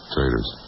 Traitors